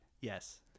yes